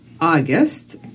August